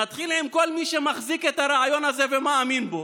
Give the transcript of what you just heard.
נתחיל עם כל מי שמחזיק ברעיון הזה ומאמין בו,